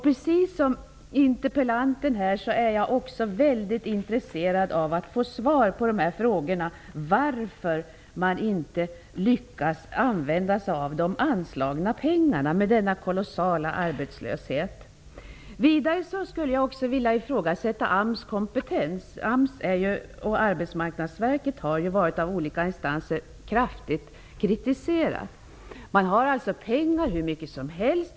Precis som interpellanten är jag väldigt intresserad av att få svar på frågorna om varför man inte lyckas använda sig av de anslagna pengarna när vi har denna kolossala arbetslöshet. Vidare skulle jag vilja ifrågasätta AMS kompetens. AMS och Arbetsmarknadsverket har ju kritiserats kraftigt av olika instanser. Det finns pengar, hur mycket som helst.